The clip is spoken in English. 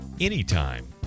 anytime